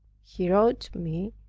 he wrote to me,